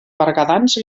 berguedans